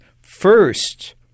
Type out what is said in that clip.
first